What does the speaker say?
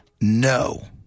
No